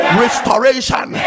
restoration